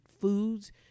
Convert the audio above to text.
foods